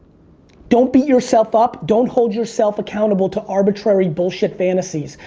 don't beat yourself up. don't hold yourself accountable to arbitrary bullshit fantasies.